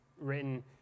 written